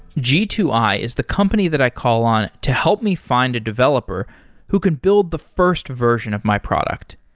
g two i is the company that i call on to help me find a developer who can build the first version of my product.